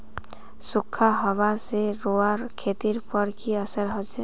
सुखखा हाबा से रूआँर खेतीर पोर की असर होचए?